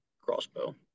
crossbow